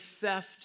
theft